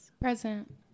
Present